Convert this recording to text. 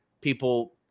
people